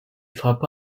frappa